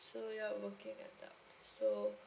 so you are a working adult so